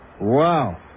Wow